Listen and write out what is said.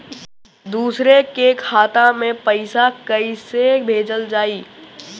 दूसरे के खाता में पइसा केइसे भेजल जाइ?